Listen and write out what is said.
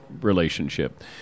relationship